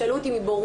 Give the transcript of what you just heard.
שאלו אותי מבורות,